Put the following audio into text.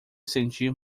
sentir